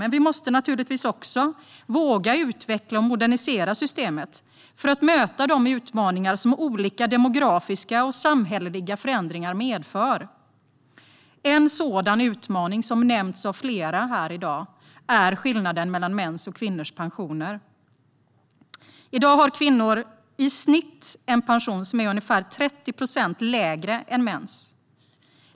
Men vi måste naturligtvis också våga utveckla och modernisera systemet för att möta de utmaningar som olika demografiska och samhälleliga förändringar medför. En sådan utmaning, som har nämnts av flera här i dag, är skillnaden mellan mäns och kvinnors pensioner. I dag har kvinnor i snitt en pension som är ungefär 30 procent lägre än mäns.